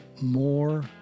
more